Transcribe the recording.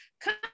come